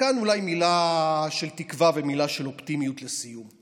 וכאן אולי מילה של תקווה ומילה של אופטימיות לסיום: